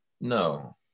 no